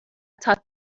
taught